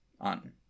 on